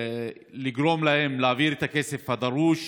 לגרום להם להעביר את הכסף הדרוש.